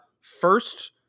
first